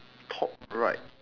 top right